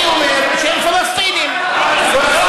אני אומר שהם פלסטינים, פלסטינים